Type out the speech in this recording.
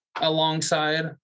alongside